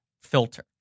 filter